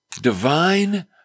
divine